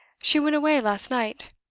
she went away last night.